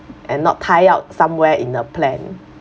and not tie out somewhere in a plan